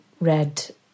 read